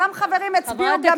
אותם חברים הצביעו גם נגד האופציה,